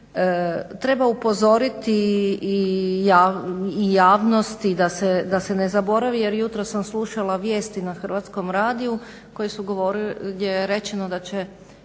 Treba upozoriti i javnost i da se ne zaboravi jer jutros sam slušala vijesti na Hrvatskom radiju gdje je rečeno da će